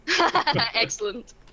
Excellent